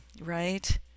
right